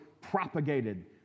propagated